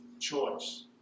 choice